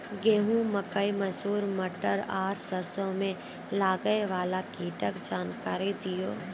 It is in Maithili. गेहूँ, मकई, मसूर, मटर आर सरसों मे लागै वाला कीटक जानकरी दियो?